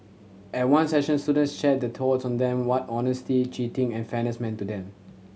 at one session students shared their thoughts on that what honesty cheating and fairness mean to them